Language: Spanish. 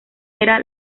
era